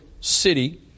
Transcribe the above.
city